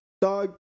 Dog